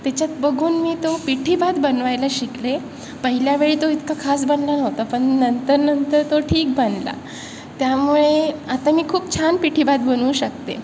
त्याच्यात बघून मी तो पिठी भात बनवायला शिकले पहिल्या वेळी तो इतका खास बनला नव्हता पण नंतर नंतर तो ठीक बनला त्यामुळे आता मी खूप छान पिठी भात बनवू शकते